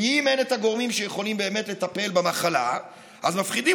כי אם אין גורמים שיכולים באמת לטפל במחלה אז מפחידים